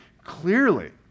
Clearly